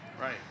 Right